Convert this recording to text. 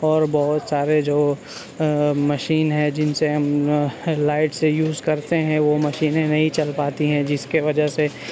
اور بہت سارے جو مشین ہیں جن سے ہم لائٹس یوز کرتے ہیں وہ مشینیں نہیں چل پاتی ہیں جس کے وجہ سے